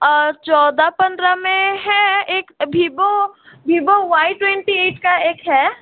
और चौदह पंद्रह मे है एक vivo vivo Y twenty eight का एक है